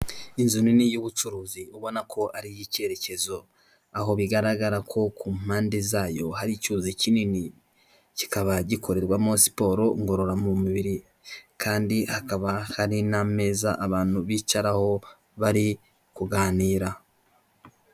Inzu nini y'ubucuruzi ubona ko ari iy'icyerekezo, aho bigaragara ko ku mpande zayo hari icyuzi kinini. Kikaba gikorerwamo siporo ngororamumubiri kandi hakaba hari n'ameza abantu bicaraho bari kuganira.